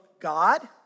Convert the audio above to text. God